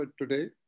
today